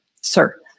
Sir